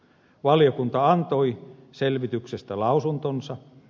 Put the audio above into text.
valiokunta antoi selvityksestä lausuntonsa